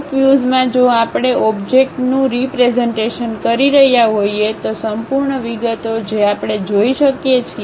ટોપવ્યુઝમાં જો આપણે ઓબ્જેક્ટનું રીપ્રેઝન્ટેશન કરી રહ્યાં હોઈએ તો સંપૂર્ણ વિગતો જે આપણે જોઈ શકીએ છીએ